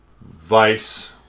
Vice